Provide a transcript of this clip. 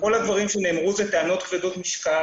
כל הדברים שנאמרו אלה טענות כבדות משקל